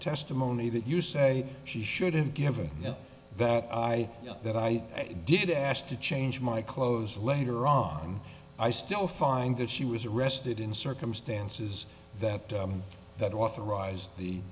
testimony that you say she should have given that i know that i did ask to change my clothes later on i still find that she was arrested in circumstances that that authorized the